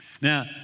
Now